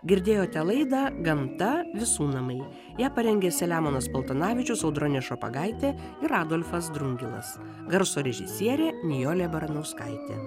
girdėjote laidą gamta visų namai ją parengė selemonas paltanavičius audronė šopagaitė ir adolfas drungilas garso režisierė nijolė baranauskaitė